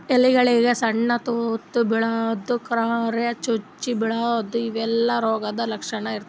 ಎಲಿಗೊಳ್ದಾಗ್ ಸಣ್ಣ್ ತೂತಾ ಬೀಳದು, ಕರ್ರಗ್ ಚುಕ್ಕಿ ಬೀಳದು ಇವೆಲ್ಲಾ ರೋಗದ್ ಲಕ್ಷಣ್ ಇರ್ತವ್